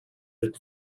that